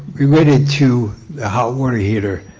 related to the hot water heater.